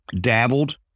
dabbled